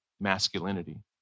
masculinity